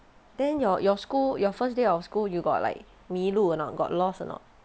then your your school your first day of school you got like 迷路 or not got lost or not